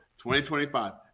2025